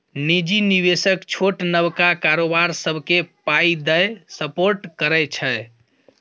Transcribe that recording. निजी निबेशक छोट नबका कारोबार सबकेँ पाइ दए सपोर्ट करै छै